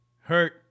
hurt